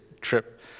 trip